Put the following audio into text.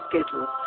schedule